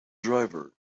driver